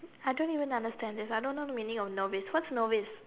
I don't even understand this I don't know the meaning of novice what's novice